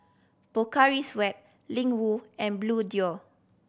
Pocari Sweat Ling Wu and Bluedio